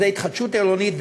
התחדשות עירונית.